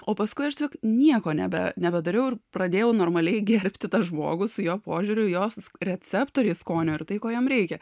o paskui aš tiesiog nieko nebe nebedariau ir pradėjau normaliai gerbti tą žmogų su jo požiūriu jos receptoriai skonio ir tai ko jam reikia